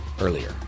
earlier